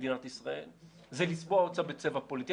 למדינת ישראל זה לצבוע אותה בצבע פוליטי.